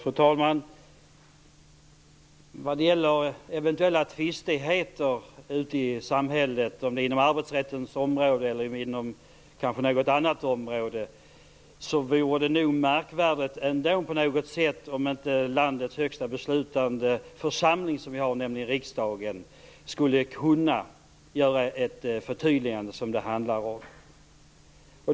Fru talman! Vad gäller eventuella tvistigheter ute i samhället inom arbetsrättens område eller inom något annat område vill jag säga att det vore märkvärdigt om inte landets högsta beslutande församling, riksdagen, skulle kunna göra ett förtydligande. Det är det som det handlar om.